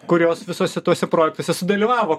kurios visuose tuose projektuose sudalyvavo